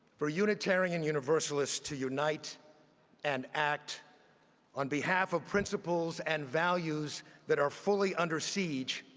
for unitarian universalists to unite and act on behalf of principles and values that are fully under siege,